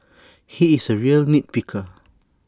he is A real nit picker